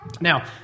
Now